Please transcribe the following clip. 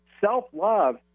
self-love